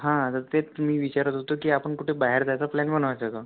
हा तर तेच मी विचारत होतो की आपण कुठे बाहेर जायचा प्लान बनवायचा का